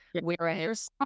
Whereas